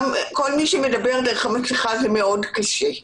כל מי שמדבר דרך המסכה זה מאוד קשה.